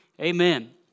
Amen